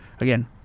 again